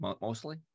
mostly